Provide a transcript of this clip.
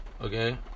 Okay